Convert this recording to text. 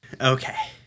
Okay